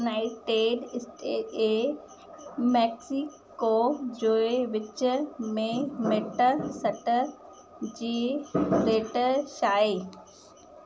United States ऐं Mexico जे विच में मटा सटा जी रेट छा आहे